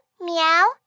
meow